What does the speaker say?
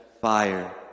fire